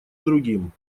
другим